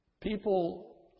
People